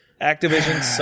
Activision